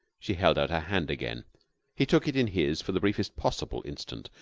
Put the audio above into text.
she held out her hand again he took it in his for the briefest possible instant,